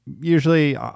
usually